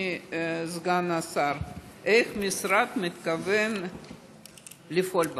אדוני סגן השר: איך המשרד מתכוון לפעול בנושא?